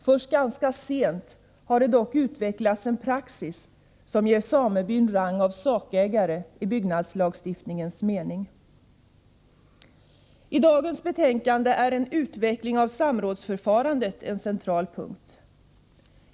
Först ganska sent har det dock utvecklats en praxis som ger samebyn rang av sakägare i byggnadslagstiftningens mening. I dagens betänkande är en utveckling av samrådsförfarandet en central punkt.